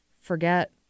forget